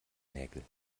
nägel